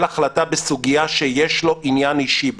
החלטה בסוגיה שיש לו עניין אישי בה,